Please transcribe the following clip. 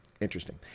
Interesting